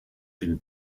been